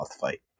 fight